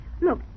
Look